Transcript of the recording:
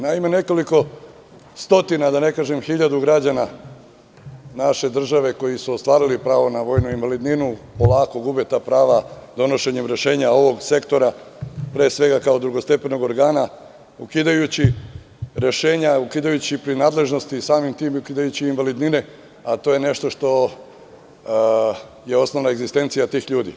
Naime, nekoliko stotina, da na kažem hiljadu građana naše države, koji su ostvarili pravo na vojnu invalidninu, polako gube ta prava donošenjem rešenja ovog sektora, pre svega kao drugostepenog organa, ukidajući rešenja, ukidajući prinadležnosti, samim tim ukidajući i invalidnine, a to je nešto što je osnovna egzistencija tih ljudi.